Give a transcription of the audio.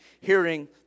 hearing